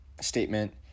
statement